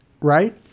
Right